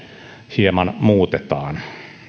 hieman muutetaan